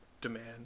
demand